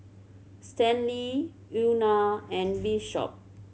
Stanley Una and Bishop